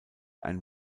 ein